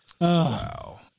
Wow